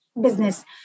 business